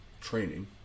training